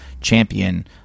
Champion